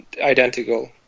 identical